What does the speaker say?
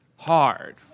Hard